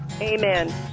Amen